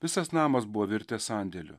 visas namas buvo virtęs sandėliu